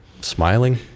Smiling